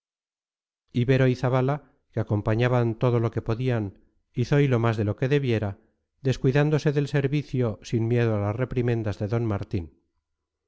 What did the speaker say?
ibero y zabala le acompañaban todo lo que podían y zoilo más de lo que debiera descuidándose del servicio sin miedo a las reprimendas de d martín